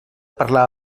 parlar